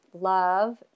love